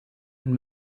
and